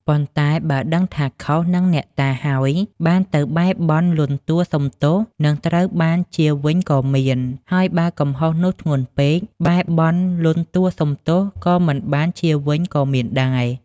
ប៉ុន្តែបើដឹងថាខុសនឹងអ្នកតា ហើយបានទៅបែរបន់លន់តួសុំទោស នឹងត្រូវបានជាវិញក៏មាន ហើយបើកំហុសនោះធ្ងន់ពេក បែរបន់លន់តួសុំទោសក៏មិនបានជាវិញក៏មានដែរ ។